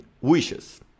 wishes